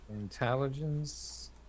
intelligence